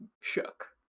shook